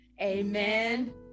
Amen